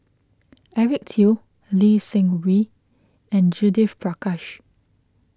Eric Teo Lee Seng Wee and Judith Prakash